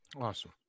Awesome